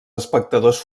espectadors